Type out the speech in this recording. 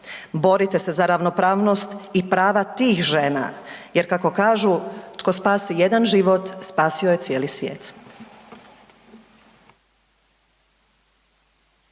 Borite se za ravnopravnost i prava tih žena jer kako kažu tko spasi jedan život spasio je cijeli svijet.